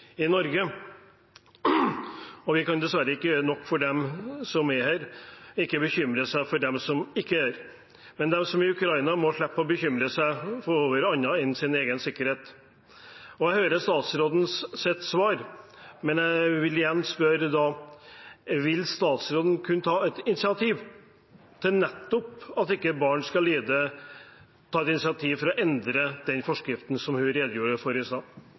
Norge. Vi kan dessverre ikke gjøre nok for at de som er her, ikke må bekymre seg for dem som ikke er her. Men de som er i Ukraina, må slippe å bekymre seg for annet enn sin egen sikkerhet. Jeg hører statsrådens svar, men jeg vil igjen spørre: Vil statsråden kunne ta et initiativ til at ikke barn skal lide, ta et initiativ for å endre den forskriften hun redegjorde for i stad?